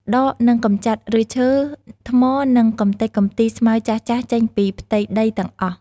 ដក និងកម្ចាត់ឫសឈើ ថ្ម និងកម្ទេចកម្ទីស្មៅចាស់ៗចេញពីផ្ទៃដីទាំងអស់។